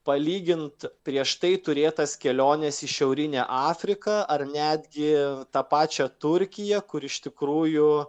palygint prieš tai turėtas keliones į šiaurinę afriką ar netgi tą pačią turkiją kur iš tikrųjų